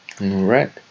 Right